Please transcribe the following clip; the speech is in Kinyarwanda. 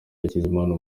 hakizimana